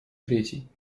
третий